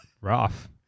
Rough